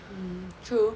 mm true